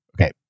Okay